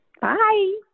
Bye